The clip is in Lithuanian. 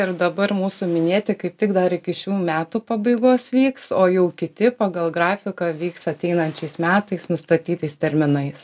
ir dabar mūsų minėti kaip tik dar iki šių metų pabaigos vyks o jau kiti pagal grafiką vyks ateinančiais metais nustatytais terminais